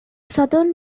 southern